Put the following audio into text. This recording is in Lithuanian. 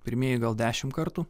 pirmieji gal dešimt kartų